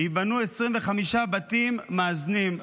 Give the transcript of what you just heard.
ייבנו 25 בתים מאזנים.